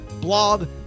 blog